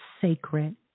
sacred